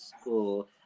school